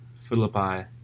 Philippi